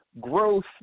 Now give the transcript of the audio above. growth